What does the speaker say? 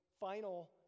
final